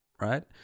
right